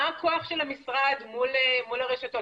מה הכוח של המשרד מול הרשתות,